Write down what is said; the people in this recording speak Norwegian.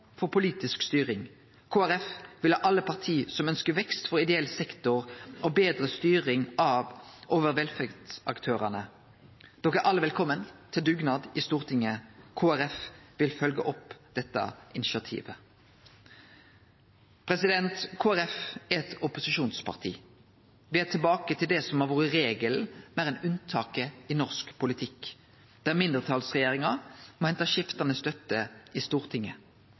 for politisk styring. Kristeleg Folkeparti vil ha med alle parti som ønskjer vekst for ideell sektor og ei betre styring over velferdsaktørane. Dei er alle velkomne til dugnad i Stortinget. Kristeleg Folkeparti vil følgje opp dette initiativet. Kristeleg Folkeparti er eit opposisjonsparti. Me er tilbake til det som har vore regelen meir enn unntaket i norsk politikk, der mindretalsregjeringar må hente skiftande støtte i Stortinget.